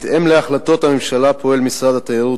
בהתאם להחלטות הממשלה, פועל משרד התיירות,